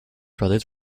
brothers